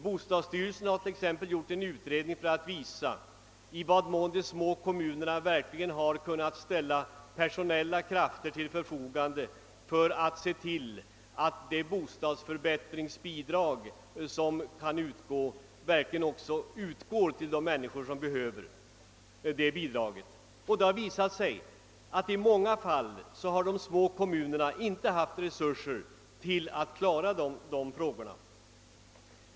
Bostadsstyrelsen har exempelvis gjort en utredning för att undersöka i vad mån de små kommunerna verkligen har kunnat ställa personella krafter till förfogande för att se till att bidrag och lån till bostadsupprustning som kan utgå verkligen också utgår till dem som behöver sådana. Det har visat sig att de små kommunerna i många fall inte haft resurser att klara dessa frågor.